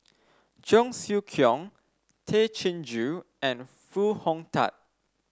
Cheong Siew Keong Tay Chin Joo and Foo Hong Tatt